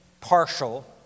partial